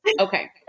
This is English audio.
Okay